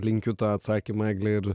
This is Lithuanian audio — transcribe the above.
linkiu tą atsakymą egle ir